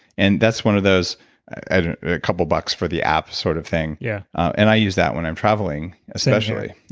and that's one of those a couple of bucks for the app sort of thing, yeah and i use that when i'm traveling, especially.